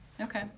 Okay